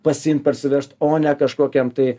pasiimt parsivežt o ne kažkokiam tai